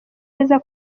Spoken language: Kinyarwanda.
neza